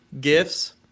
gifts